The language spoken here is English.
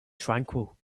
tranquil